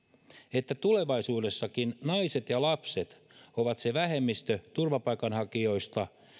että tulevaisuudessakin naiset ja lapset ovat se vähemmistö turvapaikanhakijoista